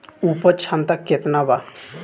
उपज क्षमता केतना वा?